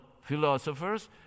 philosophers